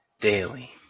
daily